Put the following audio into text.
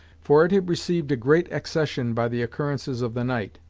for it had received a great accession by the occurrences of the night.